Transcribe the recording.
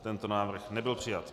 Tento návrh nebyl přijat.